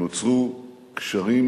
נוצרו קשרים